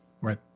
Right